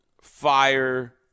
fire